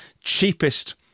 cheapest